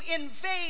invade